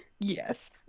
yes